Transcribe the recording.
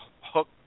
hook